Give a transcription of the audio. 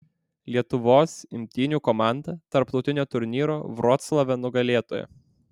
lietuvos imtynių komanda tarptautinio turnyro vroclave nugalėtoja